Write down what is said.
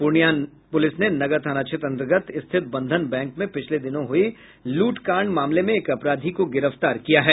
Purnia police ने नगर थाना क्षेत्र अंतर्गत स्थित बंधन बैंक में पिछले दिनों हुई लूटकांड मामले में एक अपराधी को गिरफ्तार किया है